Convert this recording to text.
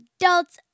adults